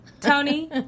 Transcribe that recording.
Tony